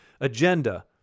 agenda